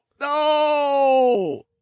No